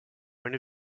point